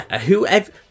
whoever